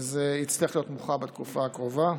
זה יצטרך להיות מוכרע בתקופה הקרובה.